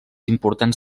importants